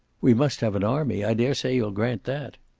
we must have an army. i daresay you'll grant that.